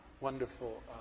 wonderful